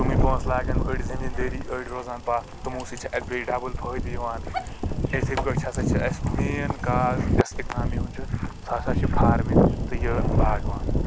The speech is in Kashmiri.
تمے پونٛسہٕ لاگان أڑۍ زمیٖندأری أڑۍ روزان پتھ تِمو سۭتۍ چھ اَسہِ بیٚیہِ ڈبل فأیِدٕ یِوان اِتھے کأٹھۍ ہسا چھ اَسہِ مین کاز چھ اِکنامی ہُنٛد سُہ ہسا چھ فارمِنگ تہٕ یہِ باغوان